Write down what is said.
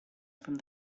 from